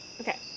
Okay